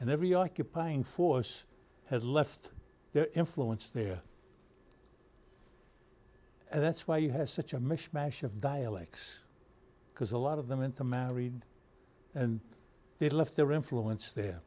and every occupying force has left their influence there and that's why you have such a mishmash of dialects because a lot of them into married and they left their influence there